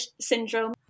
syndrome